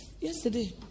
yesterday